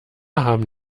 haben